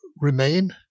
remain